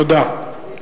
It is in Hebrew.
תודה.